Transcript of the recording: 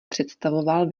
představoval